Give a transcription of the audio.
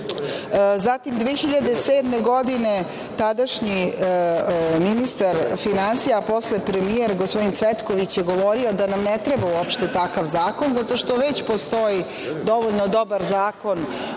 Zatim 2007. godine, tadašnji ministar finansija a potom i premijer, tada je govorio da nam ne treba uopšte takav zakon zato što već postoji dovoljno dobar zakon